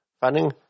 funding